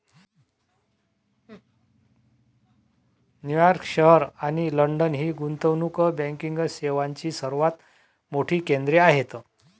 New York शहर आणि London ही गुंतवणूक बँकिंग सेवांची सर्वात मोठी केंद्रे आहेत